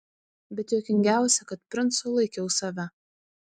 bet juokingiausia kad princu laikiau save